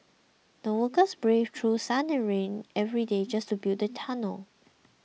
the workers braved through sun and rain every day just to build the tunnel